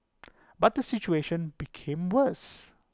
but the situation became worse